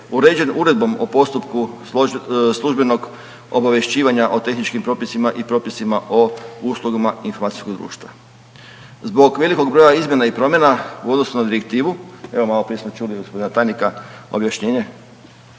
uređen uredbom o postupku službenog obavješćivanja o tehničkim propisima i propisima o uslugama informacijskog društva. Zbog velikog broja izmjena i promjena u odnosu na direktivu, evo maloprije smo čuli od gospodina tajnika objašnjenje,